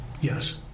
Yes